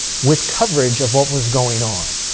with coverage of what was going on.